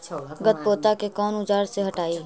गत्पोदा के कौन औजार से हटायी?